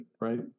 right